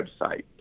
website